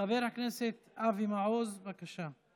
חבר הכנסת אבי מעוז, בבקשה.